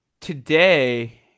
today